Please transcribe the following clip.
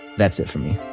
that's it for me